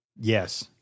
Yes